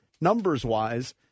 numbers-wise